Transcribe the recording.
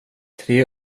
tre